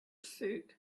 suit